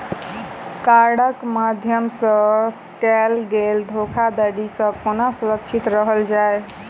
कार्डक माध्यम सँ कैल गेल धोखाधड़ी सँ केना सुरक्षित रहल जाए?